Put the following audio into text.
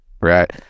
right